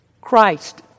Christ